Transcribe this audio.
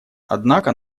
однако